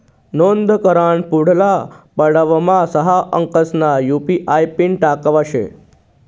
नोंद कराना पुढला पडावमा सहा अंकसना यु.पी.आय पिन टाकना शे